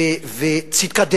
וצדקת דרך.